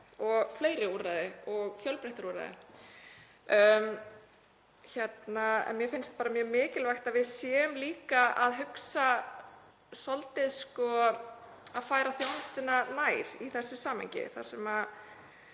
fleiri úrræði og fjölbreyttari úrræði. En mér finnst mjög mikilvægt að við séum líka að hugsa svolítið um að færa þjónustuna nær í þessu samhengi